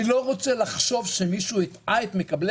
אני לא רוצה לחשוב שמישהו הטעה את מקבלי